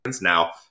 Now